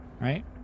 right